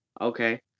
Okay